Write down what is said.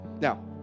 Now